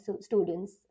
students